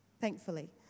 thankfully